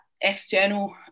external